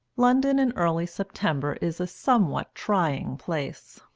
london in early september is a somewhat trying place.